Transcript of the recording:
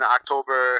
October